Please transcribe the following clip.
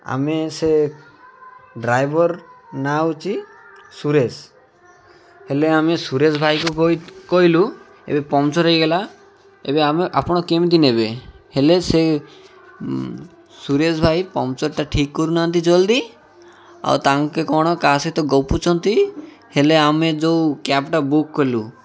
ଆମେ ସେ ଡ୍ରାଇଭର୍ ନାଁ ହେଉଛି ସୁରେଶ ହେଲେ ଆମେ ସୁରେଶ ଭାଇକୁ କଇ କହିଲୁ ଏବେ ପମ୍ପଚର୍ ହେଇଗଲା ଏବେ ଆମେ ଆପଣ କେମିତି ନେବେ ହେଲେ ସେ ସୁରେଶ ଭାଇ ପମ୍ପଚର୍ଟା ଠିକ୍ କରୁନାହାନ୍ତି ଜଲ୍ଦି ଆଉ ତାଙ୍କେ କ'ଣ କାହା ସହିତ ଗପୁଛନ୍ତି ହେଲେ ଆମେ ଯେଉଁ କ୍ୟାବ୍ଟା ବୁକ୍ କଲୁ